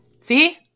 See